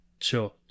Sure